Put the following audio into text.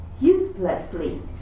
uselessly